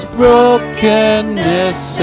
brokenness